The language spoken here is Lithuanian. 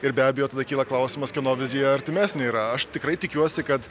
ir be abejo tada kyla klausimas kieno vizija artimesnė yra aš tikrai tikiuosi kad